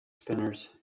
spinners